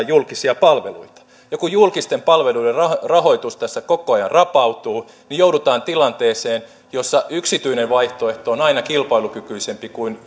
julkisia palveluita ja kun julkisten palveluiden rahoitus tässä koko ajan rapautuu niin joudutaan tilanteeseen jossa yksityinen vaihtoehto on aina kilpailukykyisempi kuin